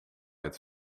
het